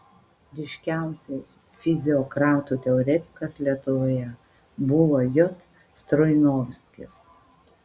ryškiausias fiziokratų teoretikas lietuvoje buvo j stroinovskis